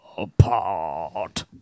Apart